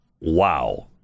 Wow